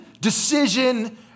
decision